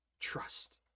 trust